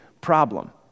problem